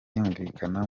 yumvikana